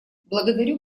благодарю